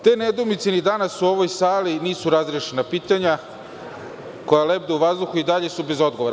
Te nedoumice i danas u ovoj sali nisu razrešena pitanja koja lebde u vazduhu i dalje su bez odgovora.